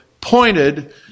pointed